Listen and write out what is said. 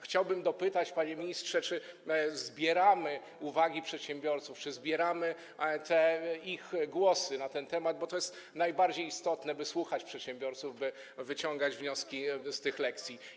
Chciałbym dopytać, panie ministrze, czy zbieramy uwagi przedsiębiorców, czy zbieramy ich głosy na ten temat, bo to jest najbardziej istotne, by słuchać przedsiębiorców, by wyciągać wnioski z tych lekcji.